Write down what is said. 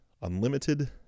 unlimited